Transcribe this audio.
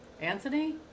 Anthony